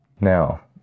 Now